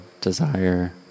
desire